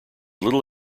little